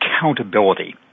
accountability